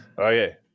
Okay